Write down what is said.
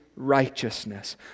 Righteousness